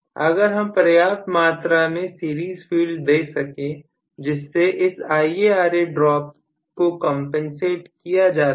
अगर हम पर्याप्त मात्रा में सीरीज फील्ड दे सके जिससे इस IaRa ड्रॉप को कंपनसेट किया जा सके